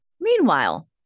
Meanwhile